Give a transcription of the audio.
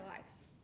lives